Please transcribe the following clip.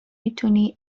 میتونی